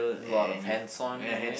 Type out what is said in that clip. lot of hands-on ya